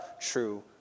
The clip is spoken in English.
true